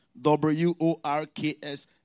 W-O-R-K-S